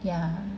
yeah